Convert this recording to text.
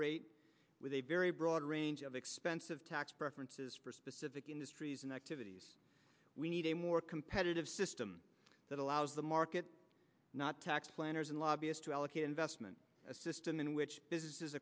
a very broad range of expensive tax preferences for specific industries and activities we need a more competitive system that allows the market not tax planners and lobbyist to allocate investment a system in which businesses